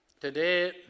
today